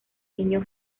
niño